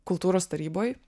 kultūros taryboj